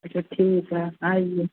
अच्छा ठीक है आइए